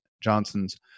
Johnson's